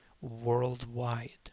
worldwide